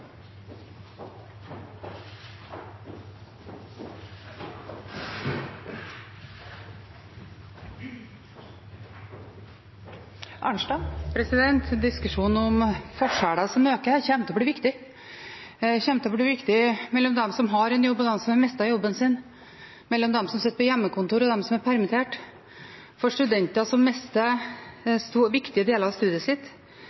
Diskusjonen om forskjeller som øker, kommer til å bli viktig: forskjellene mellom de som har en jobb, og de som har mistet jobben sin, mellom de som sitter på hjemmekontor, og de som er permittert, og studenter som mister viktige deler av studiet sitt.